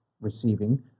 receiving